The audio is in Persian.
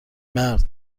مرد